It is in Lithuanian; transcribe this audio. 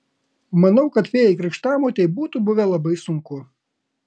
manau kad fėjai krikštamotei būtų buvę labai sunku